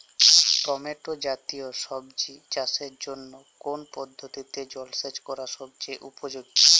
Tomato জাতীয় সবজি চাষের জন্য কোন পদ্ধতিতে জলসেচ করা সবচেয়ে উপযোগী?